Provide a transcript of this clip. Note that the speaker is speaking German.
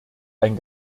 ein